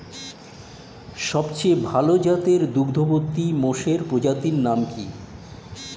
সবচেয়ে ভাল জাতের দুগ্ধবতী মোষের প্রজাতির নাম কি?